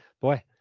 Boy